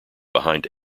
behind